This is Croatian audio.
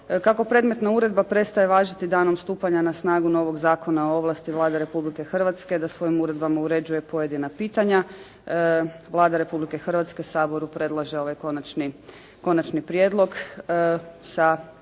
Kako predmetno uredba prestaje važiti danom stupanja na snagu novog Zakona o ovlasti Vlade Republike Hrvatske da svojim uredbama uređuje pojedina pitanja, Vlada Republike Hrvatske Saboru predlaže ovaj konačni prijedlog sa prijedlogom